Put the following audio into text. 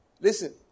Listen